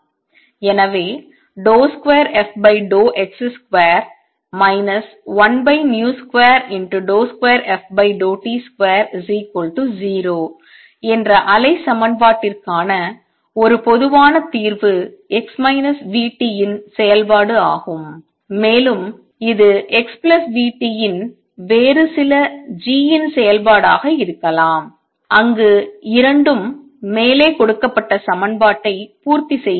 எனவே 2fx2 1v22ft20 என்ற அலை சமன்பாட்டிற்கான ஒரு பொதுவான தீர்வு x v t இன் செயல்பாடாகும் மேலும் இது x v t இன் வேறு சில g இன் செயல்பாடாக இருக்கலாம் அங்கு இரண்டும் மேலே கொடுக்கப்பட்ட சமன்பாட்டை பூர்த்தி செய்கின்றன